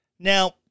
Now